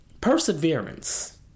Perseverance